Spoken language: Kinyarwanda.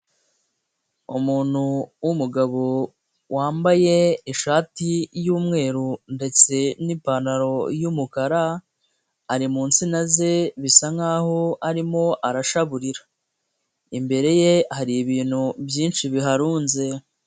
Umuntu w'umugabo wambaye ishati y'umweru ndetse n'ipantaro y'umukara, ari mu nsina ze bisa nk'aho arimo arashaburira, imbere ye hari ibintu byinshi biharunze.